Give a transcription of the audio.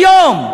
היום,